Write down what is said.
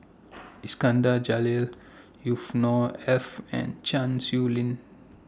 Iskandar Jalil Yusnor Ef and Chan Sow Lin